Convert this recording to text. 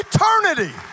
eternity